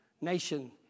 nation